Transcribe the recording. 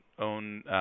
own